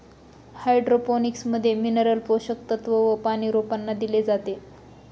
hydroponics मध्ये mineral पोषक तत्व व पानी रोपांना दिले जाते